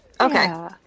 Okay